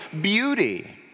beauty